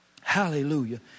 hallelujah